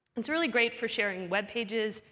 it's really great for sharing web pages,